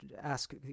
ask